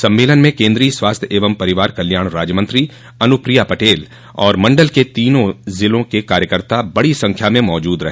सम्मेलन में केन्द्रीय स्वास्थ्य एवं परिवार कल्याण राज्यमंत्री अनुप्रिया पटेल और मण्डल के तीनों जिलों के कार्यकर्ता बड़ी संख्या में मौजूद रहे